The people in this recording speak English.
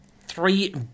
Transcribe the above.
Three